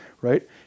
Right